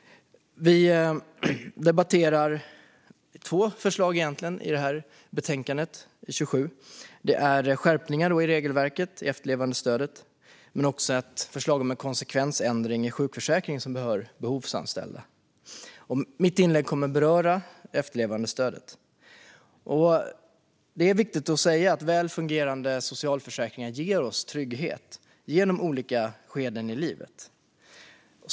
Vi debatterar egentligen två förslag i betänkande SfU27: skärpningar i regelverket för efterlevandestöd samt ett förslag om en konsekvensändring i sjukförsäkringen som berör behovsanställda. Mitt inlägg kommer att beröra efterlevandestödet. Det är viktigt att säga att väl fungerande socialförsäkringar ger oss trygghet genom olika skeden i livet.